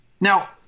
Now